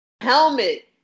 helmet